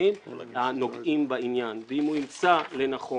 הביטחוניים הנוגעים בעניין, ואם הוא ימצא לנכון